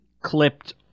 Clipped